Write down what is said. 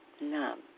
numb